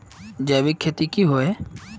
जैविक खेती की होय?